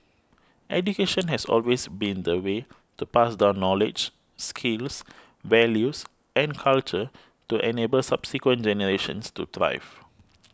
education has always been the way to pass down knowledge skills values and culture to enable subsequent generations to thrive